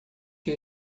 que